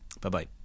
Bye-bye